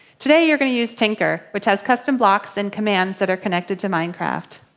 today you're gonna use tynker, which has custom blocks and commands that are connected to minecraft.